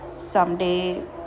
someday